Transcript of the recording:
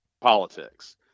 politics